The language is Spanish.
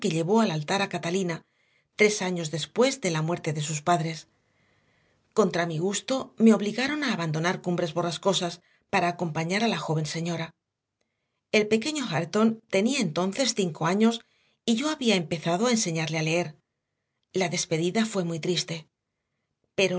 llevó al altar a catalina tres años después de la muerte de sus padres contra mi gusto me obligaron a abandonar cumbres borrascosas para acompañar a la joven señora el pequeño hareton tenía entonces cinco años y yo había empezado a enseñarle a leer la despedida fue muy triste